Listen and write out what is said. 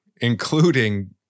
including